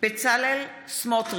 מתחייב אני בצלאל סמוטריץ'